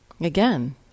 Again